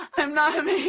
i'm not me.